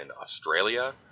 Australia